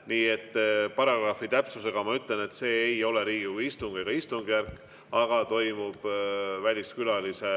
kõne. Paragrahvi täpsusega ütlen, et see ei ole Riigikogu istung ega istungjärk, vaid toimub väliskülalise